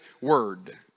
word